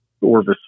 Orvis